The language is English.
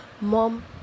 Mom